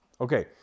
Okay